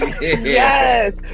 Yes